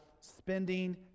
spending